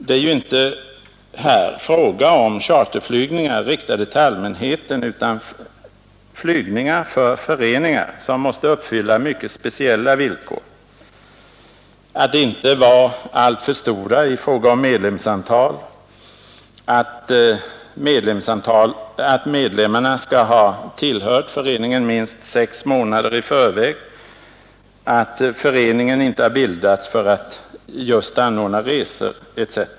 Det är ju inte här fråga om charterflygningar, riktade till allmänheten, utan flygningar för föreningar som måste uppfylla mycket speciella villkor: att inte vara alltför stora i fråga om medlemsantal, att medlemmarna skall ha tillhört föreningen minst sex månader i förväg, att föreningen inte har bildats för att just anordna resor etc.